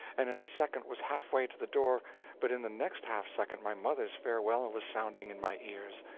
and in a second was half-way to the door but in the next half-second my mother's farewell was sounding in my ears,